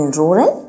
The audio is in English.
rural